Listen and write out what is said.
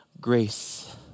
grace